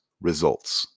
results